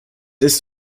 ist